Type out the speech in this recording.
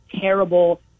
terrible